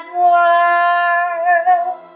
world